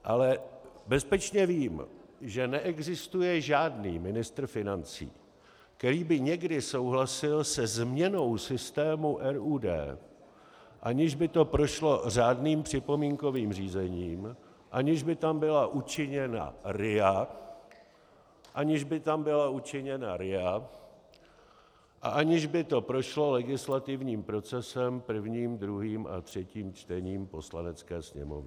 Ale bezpečně vím, že neexistuje žádný ministr financí, který by někdy souhlasil se změnou systému RUD, aniž by to prošlo řádným připomínkovým řízením, aniž by tam byla učiněna RIA a aniž by to prošlo legislativním procesem prvním, druhým a třetím čtením Poslanecké sněmovny.